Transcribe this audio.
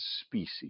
species